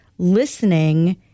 listening